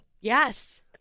Yes